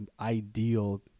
ideal